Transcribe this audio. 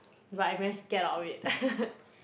but I managed to get out of it